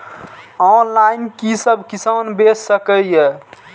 Online कि सब किसान बैच सके ये?